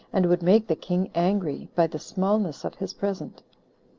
and would make the king angry, by the smallness of his present.